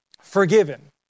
forgiven